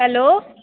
hello